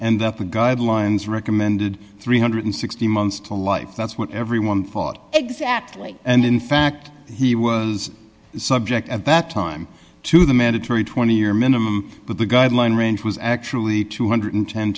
that the guidelines recommended three hundred and sixty months to life that's what everyone thought exactly and in fact he was subject at that time to the mandatory twenty year minimum but the guideline range was actually two hundred and ten